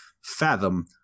fathom